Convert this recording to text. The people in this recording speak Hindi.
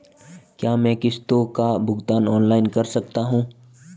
क्या मैं किश्तों का भुगतान ऑनलाइन कर सकता हूँ?